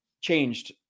changed